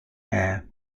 air